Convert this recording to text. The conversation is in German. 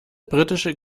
britische